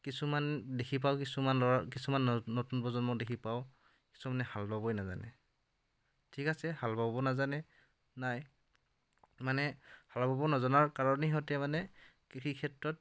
কিছুমান দেখি পাওঁ কিছুমান ল'ৰা কিছুমান নতুন প্ৰজন্ম দেখি পাওঁ কিছুমানে হাল বাবই নাজানে ঠিক আছে হাল বাব নাজানে নাই মানে হাল বাব নজনাৰ কাৰণেই সিহঁতে মানে কৃষি ক্ষেত্ৰত